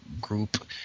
group